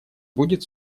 будет